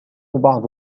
بعض